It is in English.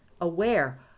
aware